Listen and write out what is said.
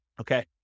Okay